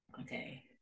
Okay